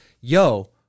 yo